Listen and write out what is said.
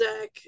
deck